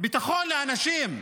ביטחון לאנשים,